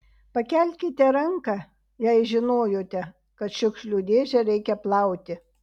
pakelkite ranką jei žinojote kad šiukšlių dėžę reikia plauti